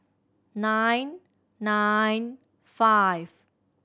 nine nine five